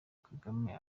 kagame